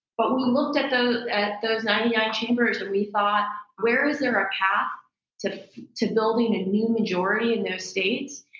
but we looked at those at those ninety nine chambers, and we thought, where is there a path to to building a new majority in those states,